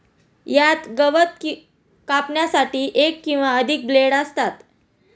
यात गवत कापण्यासाठी एक किंवा अधिक ब्लेड असतात